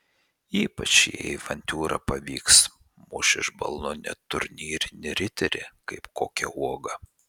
ypač jei avantiūra pavyks muš iš balno net turnyrinį riterį kaip kokią uogą